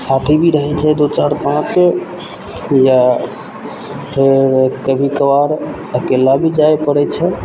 साथी भी रहय छै दू चारि पॉँच या फेर कभी कभार अकेला भी जाय पड़य छै